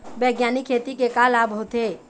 बैग्यानिक खेती के का लाभ होथे?